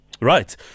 right